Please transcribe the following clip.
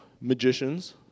magicians